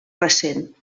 recent